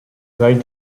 guide